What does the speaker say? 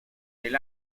del